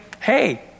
hey